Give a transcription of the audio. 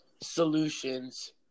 solutions